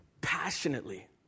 passionately